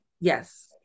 Yes